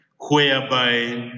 whereby